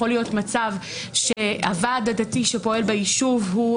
יכול להיות מצב שהוועד הדתי שפועל ביישוב לא